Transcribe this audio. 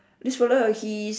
this fella he